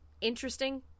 interesting